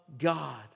God